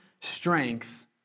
strength